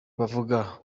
bavuga